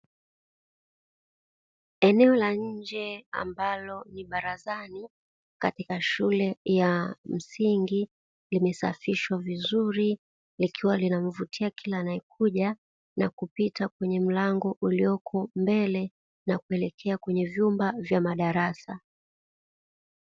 Eneo la nje ambalo ni barazani katika shule ya msingi limesafishwa vizuri, likiwa linamvutia kila anayekuja na kupita kwenye mlango ulioko mbele na kuelekea kwenye vyumba vya madarasa.